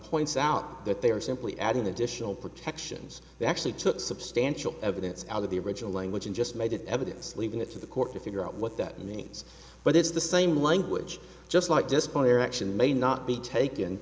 points out that they are simply adding additional protections they actually took substantial evidence out of the original language and just made it evidence leaving it to the court to figure out what that means but it's the same language just like display or action may not be taken